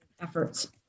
efforts